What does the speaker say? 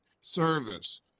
service